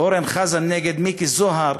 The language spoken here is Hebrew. אורן חזן נגד מיקי זוהר,